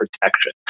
protection